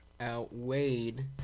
outweighed